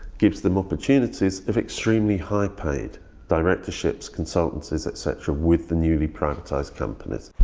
gives them opportunities of extremely high paid directorships. consultancies etc. with the newly privatized companies.